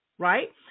right